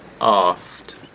aft